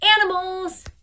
animals